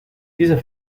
dieser